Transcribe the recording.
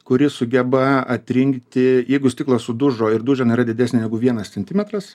kuri sugeba atrinkti jeigu stiklas sudužo ir dužena yra didesnė negu vienas centimetras